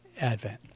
advent